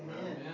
Amen